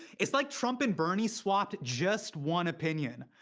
it's like trump and bernie swapped just one opinion.